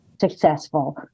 successful